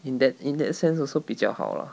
in that in that sense also 比较好啦